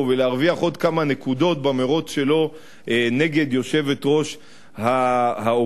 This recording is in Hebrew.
ולהרוויח עוד כמה נקודות במירוץ שלו נגד יושבת-ראש האופוזיציה.